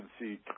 see